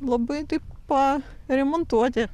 labai taip pa remontuoti